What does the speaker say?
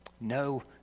No